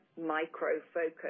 micro-focus